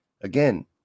Again